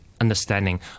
understanding